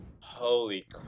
Holy